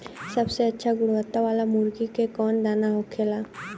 सबसे अच्छा गुणवत्ता वाला मुर्गी के कौन दाना होखेला?